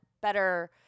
better